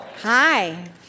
Hi